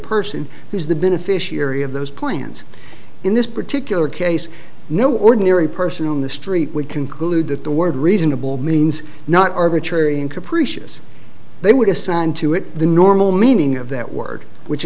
person who is the beneficiary of those plans in this particular case no ordinary person on the street would conclude that the word reasonable means not arbitrary and capricious they would assign to it the normal meaning of that word which